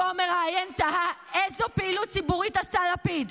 אותו מראיין תהה איזו פעילות ציבורית עשה לפיד.